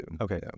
Okay